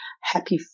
happy